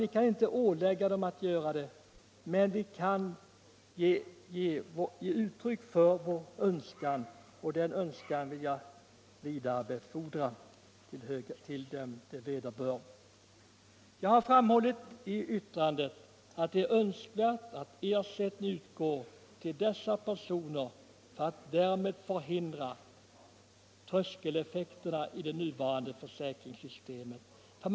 Vi kan inte ålägga dem att göra det, men vi kan ge uttryck för vår önskan, och den önskan vill jag vidarebefordra till dem det vederbör. Jag har i det särskilda yttrandet framhållit att det är önskvärt att ersättning utgår till dessa personer för att därmed förhindra tröskeleffekterna i det nuvarande försäkringssystemet.